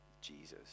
Jesus